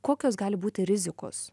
kokios gali būti rizikos